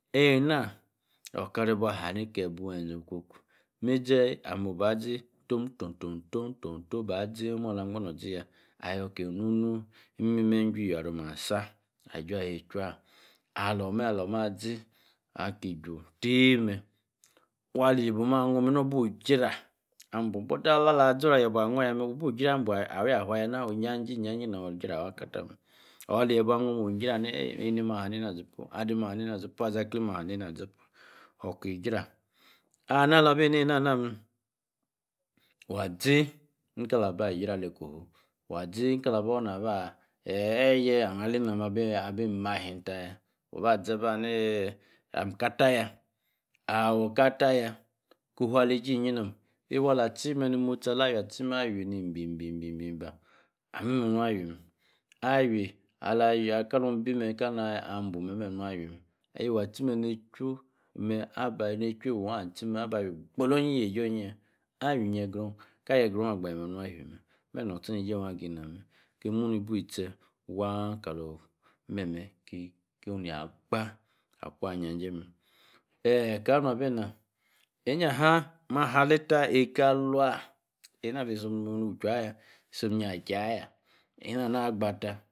Ennah. okara íbua hani. kíe-yie buaa-eze. okwo-kwo. mezi. ame. oh ba zí. tom-toh-toh-tom ba zi. omu alua. agbah no zi. ayor ko-ono-nu. imi-meeh. jwí. adom. omasta. aj́ua-echuah alor mme. alor mme azi. aki j́ua taíl mme alie. ye-booh. arror. mme nor buh. grah aboo but. alor zoro. alie. booh. anor yah mme. wooh bu grah aboon. awía-fua. yaa na. ijajíjay-j́ay nor grah mena. awah ka-taih mme. ahuu. ali yie-booh anor. wuu gray eeh. enem aha ney-na zopu. adem aha ney-na zopu. alizaklem. ahah nenea. zopu. oh kíe grah. anah ahah bi nenah ína mme. wazí kalor bor nah bah. eeh. ehey alena-abí. mma ahim tieyer. waba zi waba hah neyieh amm. katash. yah. awor katah yaa. ko-huu alí jíyín nom. ewooho. ala tíe mme. nímosti ala wiey. atie mme. awiy. ne-bea-bear. ann meme. nor awi mem. awi ala ya kalu bí mme kalu. abuu-mem. memen nor wi. mme. ewooh attíe-mme ne-chuu mme. aba. ne-ehuu-wooh aba tie mme. aba wí. gbolo-yíne yíe-ji-oh-yi yaa. awi. negre oh. kali. gre-oh agba-j́e mme. nor. awi mme. memem nor-ostornejie waw. agí na-mme. ki muni-bew-tie wama kaloh memme. ki oh níe agbaah akua ejaj̄ijay mme eeh. kama nor-abí na bene. eyan-hah. maa haa. aley tah. kaluua. enah bi isom nuchu-ayah ahh. isom nor-Aj́í ayah enah na gbata